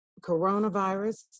coronavirus